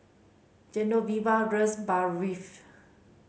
Genoveva Barfi